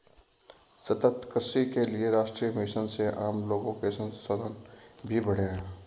सतत कृषि के लिए राष्ट्रीय मिशन से आम लोगो के संसाधन भी बढ़े है